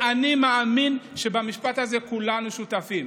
אני מאמין שלמשפט הזה כולנו שותפים,